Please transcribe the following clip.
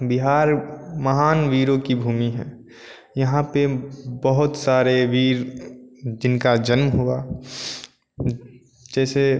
बिहार महान वीरों की भूमि है यहाँ पर बहुत सारे वीर जिनका जन्म हुआ जैसे